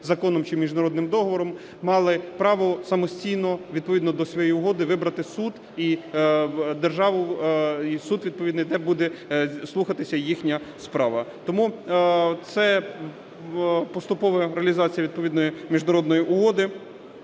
законом чи міжнародним договором, мали право самостійно відповідно до своєї угоди вибрати державу і суд відповідний, де буде слухатися їхня справа. Тому це поступова реалізація відповідної міжнародної угоди